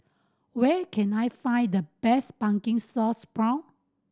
where can I find the best pumpkin sauce prawn